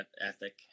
ethic